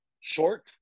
short